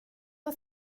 har